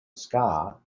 ska